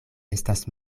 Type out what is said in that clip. estas